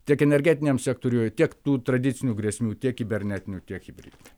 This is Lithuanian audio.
tiek energetiniam sektoriuje tiek tų tradicinių grėsmių tiek kibernetinių tiek hibridinių